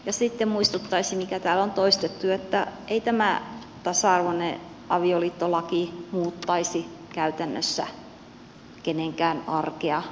ja sitten muistuttaisin mitä täällä on toistettu että ei tämä tasa arvoinen avioliittolaki muuttaisi käytännössä kenenkään arkea mihinkään